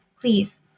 Please